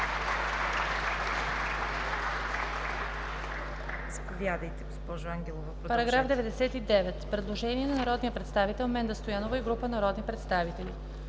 По § 91 има предложение от народния представител Менда Стоянова и група народни представители,